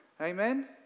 Amen